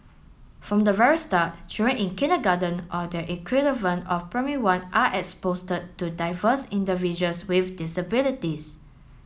from the very start children in kindergarten or their equivalent of Primary One are expose to diverse individuals with disabilities